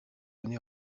donné